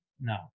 No